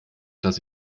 dass